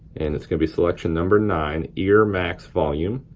and it's gonna be selection number nine, ear max volume.